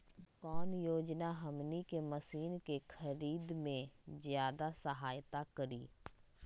कौन योजना हमनी के मशीन के खरीद में ज्यादा सहायता करी?